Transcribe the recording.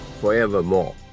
forevermore